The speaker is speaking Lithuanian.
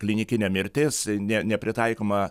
klinikinė mirtis ne nepritaikoma